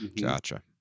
gotcha